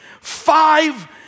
five